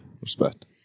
Respect